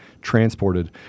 transported